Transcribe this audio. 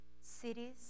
cities